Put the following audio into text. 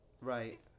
Right